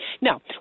No